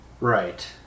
Right